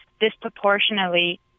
disproportionately